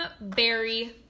Berry